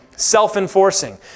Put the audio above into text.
self-enforcing